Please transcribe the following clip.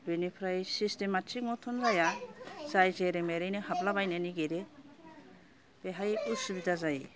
बेनिफ्राय सिसथिमआ थिग मटन जाया जाय जेरै मेरैनो हाबला बायनो नागिरो बेहाय असुबिदा जायो